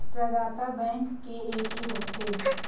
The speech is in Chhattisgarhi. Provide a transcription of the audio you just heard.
प्रदाता बैंक के एके होथे?